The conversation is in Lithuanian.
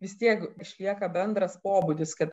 vis tiek išlieka bendras pobūdis kad